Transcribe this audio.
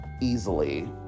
easily